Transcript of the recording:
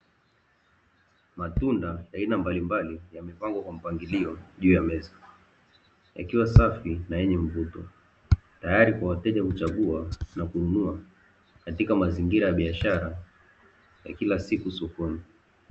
Matunda ya aina mbalimbali yamepangwa kwa mpangilio juu ya meza, yakiwa safi na yenye mvuto tayari kwa wateja kuchagua na kununua katika mazingira ya biashara ya kilasiku sokoni.